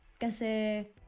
kasi